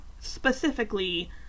specifically